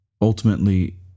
ultimately